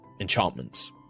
enchantments